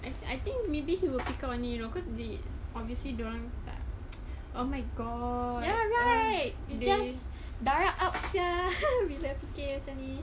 I I think maybe he will pick up any you know because they obviously dia orang tak oh my god darah up sia bila fikir macam ni